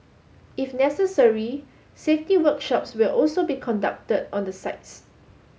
if necessary safety workshops will also be conducted on the sites